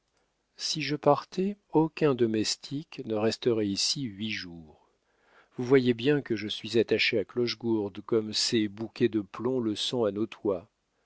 si je partais aucun domestique ne resterait ici huit jours vous voyez bien que je suis attachée à clochegourde comme ces bouquets de plomb le sont à nos toits